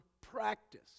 practice